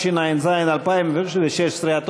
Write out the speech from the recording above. התשע"ז 2016,